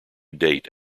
date